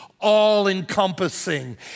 all-encompassing